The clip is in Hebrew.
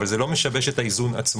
אבל זה לא משבש את האיזון עצמו,